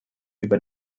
über